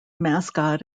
mascot